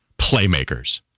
Playmakers